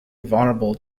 vulnerable